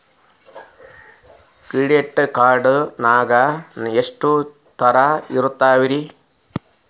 Credit card ನಾಗ ಎಷ್ಟು ತರಹ ಇರ್ತಾವ್ರಿ?